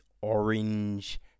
orange